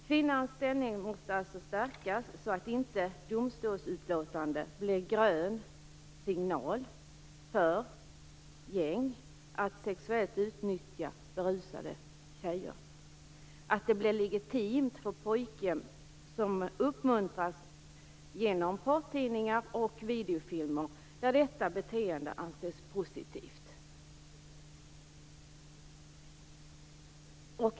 Kvinnans ställning måste alltså stärkas, så att domstolsutlåtanden inte blir grön signal för gäng att sexuellt utnyttja berusade tjejer och att detta inte blir legitimt för pojkgäng, som uppmuntras genom porrtidningar och videofilmer där detta beteende anses positivt.